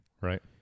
right